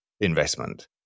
investment